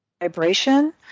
vibration